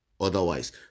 otherwise